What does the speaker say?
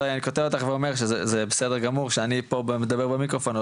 אבל אני קוטע אותך ואני אומר שזה בסדר גמור שאני פה מדבר במיקרופון,